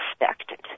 expected